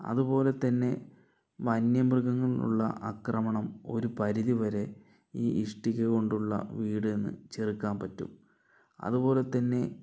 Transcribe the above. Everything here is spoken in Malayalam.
അതുപോലെതന്നെ വന്യമൃഗങ്ങൾ ഉള്ള ആക്രമണം ഒരു പരിധി വരെ ഈ ഇഷ്ടിക കൊണ്ടുള്ള വീടിന് ചെറുക്കാൻ പറ്റും അതുപോലെതന്നെ